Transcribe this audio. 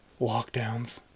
lockdowns